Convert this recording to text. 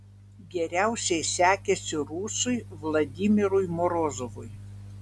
geriausiai sekėsi rusui vladimirui morozovui